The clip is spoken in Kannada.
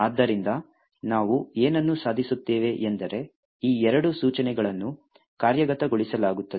ಆದ್ದರಿಂದ ನಾವು ಏನನ್ನು ಸಾಧಿಸುತ್ತೇವೆ ಎಂದರೆ ಈ ಎರಡು ಸೂಚನೆಗಳನ್ನು ಕಾರ್ಯಗತಗೊಳಿಸಲಾಗುತ್ತದೆ